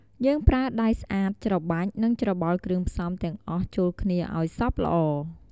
យើងប្រើដៃស្អាតច្របាច់ និងច្របល់គ្រឿងផ្សំទាំងអស់ចូលគ្នាឱ្យសព្វល្អ។